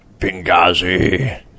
Benghazi